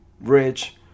rich